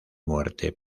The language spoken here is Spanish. muerte